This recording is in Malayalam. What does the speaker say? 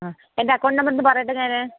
ആ എൻ്റെ അക്കൗണ്ട് നമ്പറൊന്ന് പറയട്ടെ ഞാൻ